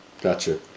Gotcha